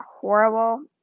horrible